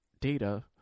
data